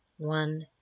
One